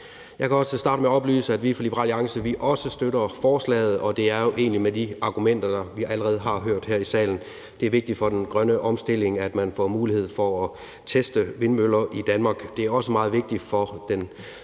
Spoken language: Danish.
Jeg kan også starte med at oplyse, at vi fra Liberal Alliance også støtter forslaget, og det er jo egentlig med de argumenter, vi allerede har hørt her i salen. Det er vigtigt for den grønne omstilling, at man får mulighed for at teste vindmøller i Danmark. Det er også meget vigtigt for